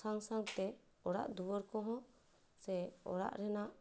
ᱥᱟᱝ ᱥᱟᱝᱛᱮ ᱚᱲᱟᱜ ᱫᱩᱭᱟᱹᱨ ᱠᱚᱦᱚᱸ ᱥᱮ ᱚᱲᱟᱜ ᱨᱮᱱᱟᱜ